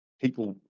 people